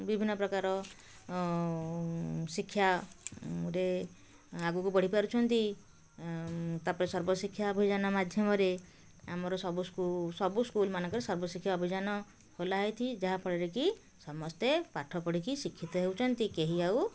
ବିଭିନ୍ନପ୍ରକାର ଶିକ୍ଷା ରେ ଆଗକୁ ବଢ଼ି ପାରୁଛନ୍ତି ତା'ପରେ ସର୍ବଶିକ୍ଷା ଅଭିଯାନ ମାଧ୍ୟମରେ ଆମର ସବୁ ସ୍କୁଲ୍ ସବୁ ସ୍କୁଲମାନଙ୍କରେ ସର୍ବଶିକ୍ଷା ଅଭିଜାନ ଖୋଲା ହେଇଛି ଯାହାଫଳରେକି ସମସ୍ତେ ପାଠ ପଢ଼ିକି ଶିକ୍ଷିତ ହେଉଛନ୍ତି କେହି ଆଉ